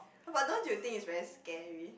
but don't you think it's very scary